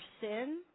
sin